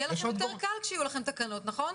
יהיה לכם יותר קל כשיותקנו התקנות, נכון?